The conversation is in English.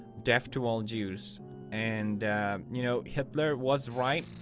death to all jews and you know hitler was right.